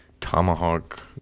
Tomahawk